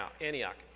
Antioch